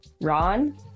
Ron